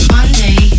Monday